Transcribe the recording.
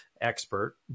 expert